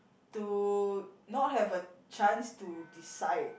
to not have a chance to decide